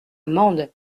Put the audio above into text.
mende